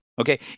okay